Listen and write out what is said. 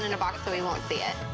and a box so he won't see it.